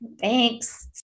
Thanks